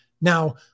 Now